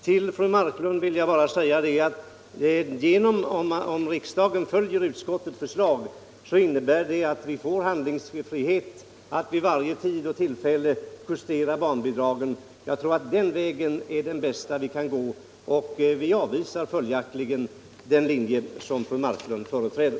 Till fru Marklund vill jag bara säga att om riksdagen följer utskottets förslag så innebär det att vi får handlingsfrihet att vid varje tid och tillfälle justera barnbidraget. Jag tror att den vägen är den bästa vi kan gå. Utskottsmajoriteten avvisar följaktligen den linje som fru Marklund företräder.